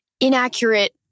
inaccurate